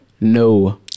No